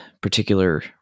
particular